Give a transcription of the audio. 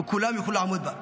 וכולם יוכלו לעמוד בה.